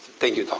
thank you,